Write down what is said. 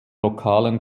lokalen